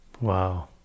wow